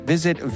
Visit